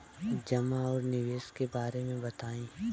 जमा और निवेश के बारे मे बतायी?